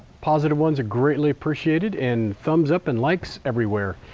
positive ones are greatly appreciated and thumbs up and likes everywhere.